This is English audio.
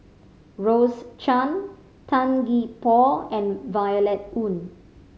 Rose Chan Tan Gee Paw and Violet Oon